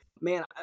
man